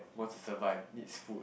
wants to survive needs food